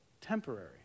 temporary